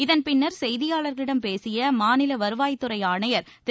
இதன் பின்னர் செய்தியாளர்களிடம் பேசிய மாநில வருவாய்த்துறை ஆணையர் திரு